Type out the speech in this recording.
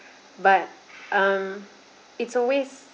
but um it's always